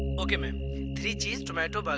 um i mean three cheese tomato burgers.